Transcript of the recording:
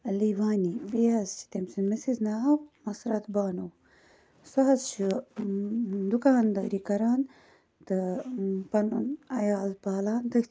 علی وانی بیٚیہِ حظ چھ تمۍ سٔنٛدِ مِسِز ناو مَسرَت بانو سۄ حظ چھِ دُکاندٲری کَران تہٕ پَنُن عیال پالان تٔتھۍ پیٚٹھ